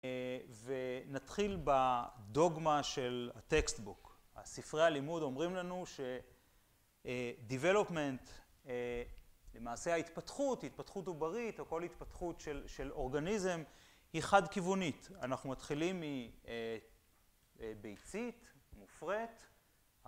ונתחיל בדוגמה של הטקסטבוק. הספרי הלימוד אומרים לנו ש development, למעשה ההתפתחות, ההתפתחות עוברית, הכל התפתחות של אורגניזם, היא חד-כיוונית. אנחנו מתחילים מביצית, מופרית,